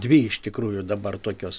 dvi iš tikrųjų dabar tokios